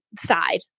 side